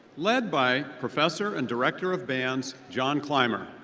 led by professor and director of bands, john climer.